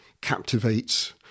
captivates